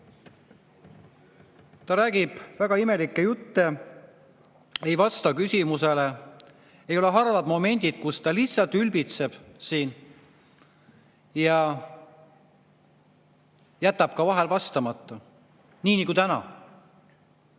Ta räägib väga imelikku juttu, ei vasta küsimustele. Ei ole harvad momendid, kus ta lihtsalt ülbitseb, ja vahel jätab ka vastamata, nii nagu täna.